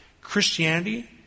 Christianity